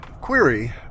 query